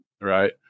right